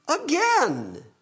Again